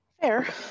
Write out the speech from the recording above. Fair